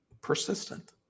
persistent